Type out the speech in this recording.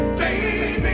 baby